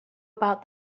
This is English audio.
about